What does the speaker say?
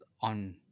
on